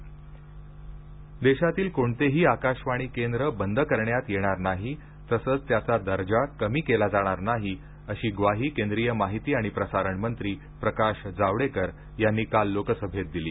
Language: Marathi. जावडेकर देशातील कोणतेही आकाशवाणी केंद्र बंद करण्यात येणार नाही तसच त्याचा दर्जा कमी केला जाणार नाही अशी ग्वाही केंद्रीय माहिती आणि प्रसारण मंत्री प्रकाश जावडेकर यांनी काल लोकसभेत दिली